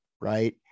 right